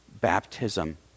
baptism